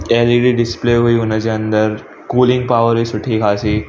छह G B display हुई हुन जे अंदरि कुलिंग पावर हुई सुठी ख़ासी